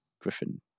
Griffin